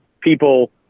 people